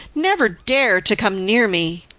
never dare to come near me.